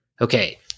okay